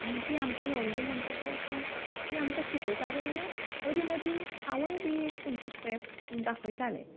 आनी ती आमच्यान व्हडली म्हणटकच ती आमकां शिकयताले आनी मदीं मदीं हांवूय बी एक खंयची स्टेप दाखयताले